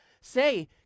say